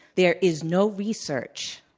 there is no research